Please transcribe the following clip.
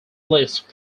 list